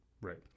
Right